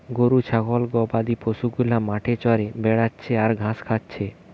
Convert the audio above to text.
গরু ছাগল গবাদি পশু গুলা মাঠে চরে বেড়াচ্ছে আর ঘাস খাচ্ছে